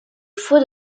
faux